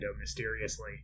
mysteriously